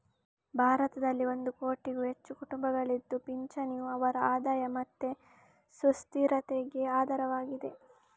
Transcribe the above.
ಭಾರತದಲ್ಲಿ ಒಂದು ಕೋಟಿಗೂ ಹೆಚ್ಚು ಕುಟುಂಬಗಳಿದ್ದು ಪಿಂಚಣಿಯು ಅವರ ಆದಾಯ ಮತ್ತೆ ಸುಸ್ಥಿರತೆಗೆ ಆಧಾರವಾಗಿದೆ